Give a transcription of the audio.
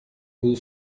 было